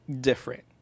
different